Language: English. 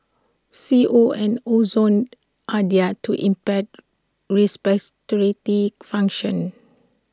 C O and ozone are they are to impair functions